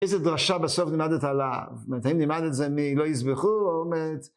איזה דרשה בסוף נימדת עליו? זאת אומרת, האם נימדת את זה מלא יסבכו, או מה...